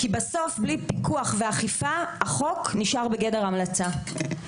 כי בסוף, בלי פיקוח ואכיפה, החוק נשאר בגדר המלצה.